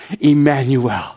Emmanuel